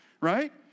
right